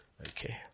Okay